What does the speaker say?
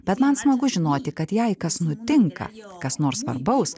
bet man smagu žinoti kad jei kas nutinka kas nors svarbaus